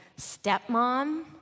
stepmom